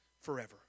forever